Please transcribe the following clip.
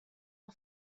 are